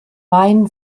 main